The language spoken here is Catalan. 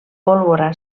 pólvora